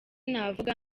navuga